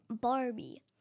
Barbie